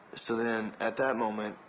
so then, at that moment,